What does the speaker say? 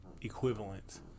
equivalent